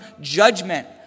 judgment